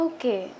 Okay